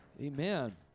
Amen